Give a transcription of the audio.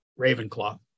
Ravenclaw